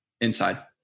inside